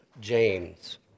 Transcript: James